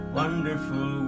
wonderful